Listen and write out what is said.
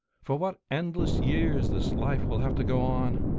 for what endless years this life will have to go on!